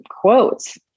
quotes